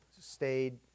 stayed